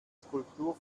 skulptur